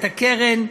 את הקרן,